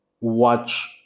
watch